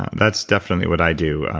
that's definitely what i do.